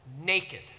Naked